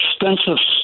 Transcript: extensive